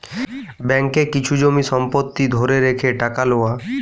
ব্যাঙ্ককে কিছু জমি সম্পত্তি ধরে রেখে টাকা লওয়া